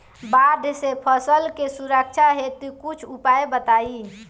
बाढ़ से फसल के सुरक्षा हेतु कुछ उपाय बताई?